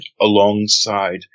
alongside